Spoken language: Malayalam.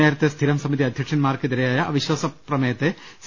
നേരെത്തെ സ്ഥിരം സമിതി അധ്യക്ഷന്മാർക്കെതിരായ അവിശ്വാസത്തെ സി